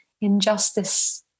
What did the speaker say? injustice